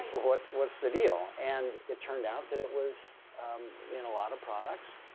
what's what's the deal? and it turned out that it was in a lot of products.